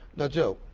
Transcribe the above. now, joe,